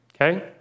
Okay